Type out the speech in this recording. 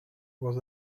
was